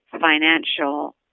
financial